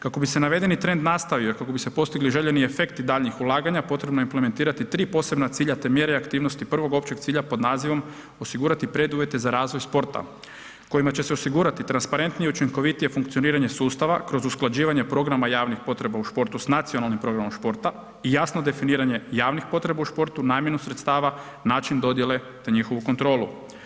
Kako bi se navedeni trend nastavio, kako bi se postigli željeni efekti daljnjih ulaganja potrebno je implementirati tri posebna cilja te mjere aktivnosti prvog općeg cilja pod nazivom osigurati preduvjete za razvoj sporta, kojima će se osigurati transparentnije i učinkovitije funkcioniranje sustava kroz usklađivanje programa javnih potreba u športu s nacionalnim programom športa i jasno definiranje javnih potreba u športu, namjenu sredstava, način dodjele te njihovu kontrolu.